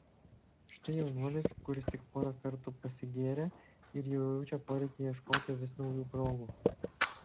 štai jaunuolis kuris tik porą kartų pasigėrė ir jau jaučia poreikį ieškoti vis naujų progų